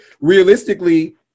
realistically